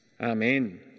Amen